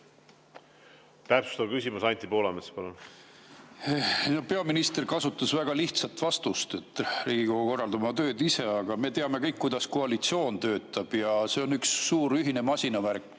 Peaminister kasutas väga lihtsat vastust, et Riigikogu korraldab oma tööd ise. Aga me kõik teame, kuidas koalitsioon töötab – see on üks suur ühine masinavärk